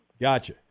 Gotcha